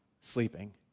sleeping